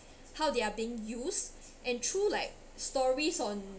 how they are being used and through like stories on